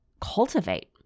cultivate